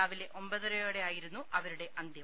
രാവിലെ ഒമ്പതരയോടെയായിരുന്നു അവരുടെ അന്ത്യം